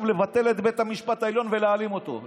לבטל את בית המשפט העליון ולהעלים אותו.